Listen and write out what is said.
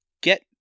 get